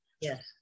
Yes